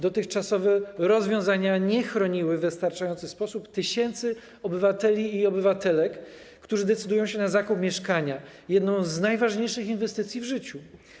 Dotychczasowe rozwiązania nie chroniły w wystarczający sposób tysięcy obywateli i obywatelek, którzy decydują się na zakup mieszkania - jedną z najważniejszych inwestycji w życiu.